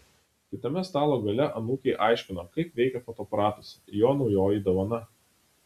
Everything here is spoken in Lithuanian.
kitame stalo gale anūkei aiškino kaip veikia fotoaparatas jo naujoji dovana